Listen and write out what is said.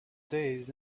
days